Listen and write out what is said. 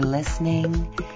Listening